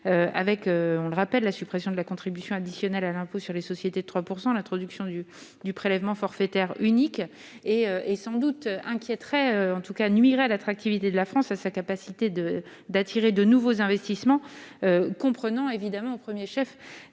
avec, on le rappelle, la suppression de la contribution additionnelle à l'impôt sur les sociétés de 3 % à l'introduction du du prélèvement forfaitaire unique et et sans doute inquiéteraient en tout cas, nuirait à l'attractivité de la France à sa capacité de d'attirer de nouveaux investissements comprenant évidemment au 1er chef